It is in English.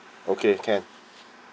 okay can